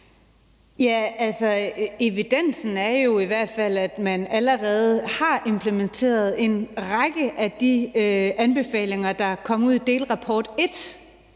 evidens for, at man allerede har implementeret en række af de anbefalinger, der kom i den første delrapport,